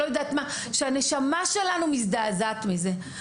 מה שהנשמה שלנו מזדעזעת מזה.